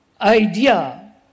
idea